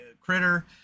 critter